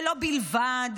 שלו בלבד,